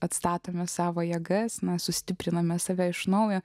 atstatome savo jėgas mes sustipriname save iš naujo